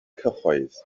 cyhoedd